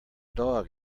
dog